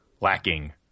lacking